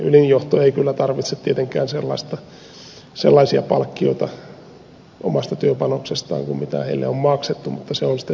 ylin johto ei kyllä tarvitse tietenkään sellaisia palkkioita omasta työpanoksestaan kuin heille on maksettu mutta se on sitten toinen juttu